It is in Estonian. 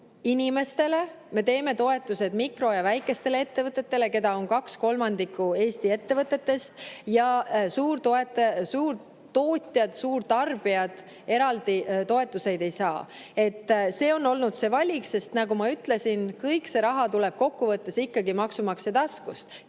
inimestele, me teeme toetused mikro‑ ja väikestele ettevõtetele, keda on kaks kolmandikku Eesti ettevõtetest. Suurtootjad, suurtarbijad eraldi toetusi ei saa. See on olnud see valik. Nagu ma ütlesin, kõik see raha tuleb kokkuvõttes ikkagi maksumaksja taskust,